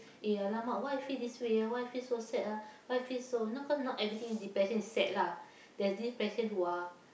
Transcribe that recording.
eh !alamak! why I feel this way ah why I feel so sad ah why I feel so you know cause not everything depression is sad lah there's depression who are